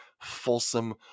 fulsome